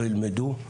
לא ילמדו,